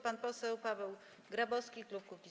Pan poseł Paweł Grabowski, klub Kukiz’15.